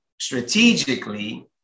strategically